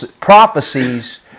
prophecies